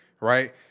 right